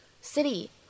city